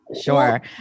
sure